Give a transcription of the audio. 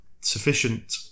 sufficient